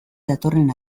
datorren